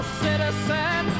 citizen